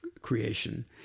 creation